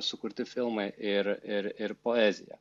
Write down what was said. sukurti filmai ir ir ir poezija